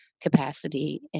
capacity